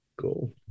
cool